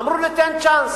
אמרו: ניתן צ'אנס,